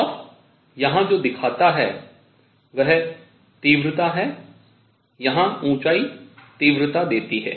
और यहां जो दिखाता है वह तीव्रता है यहां ऊंचाई तीव्रता देती है